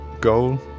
goal